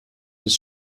des